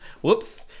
Whoops